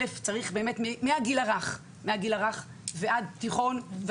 צריך מהגיל הרך ועד תיכון,